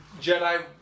Jedi